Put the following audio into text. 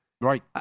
Right